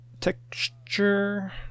Texture